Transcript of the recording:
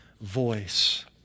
voice